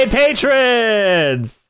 patrons